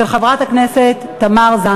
הצעה לסדר-היום מס' 534 של חברת הכנסת תמר זנדברג.